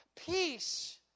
Peace